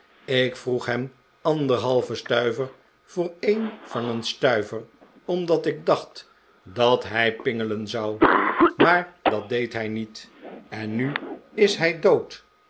ik vroeg hem anderhalven stuiver voor een van een stuiver omdat ik dacht daf hij pingelen zou maar dat deed hij niet en nu is hij dood